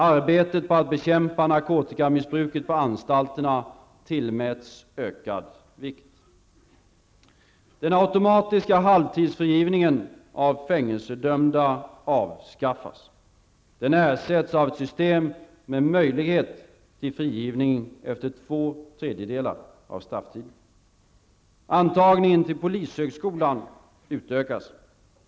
Arbetet på att bekämpa narkotikamissbruket på anstalterna tillmäts ökad vikt. Antagningen till polishögskolan utökas.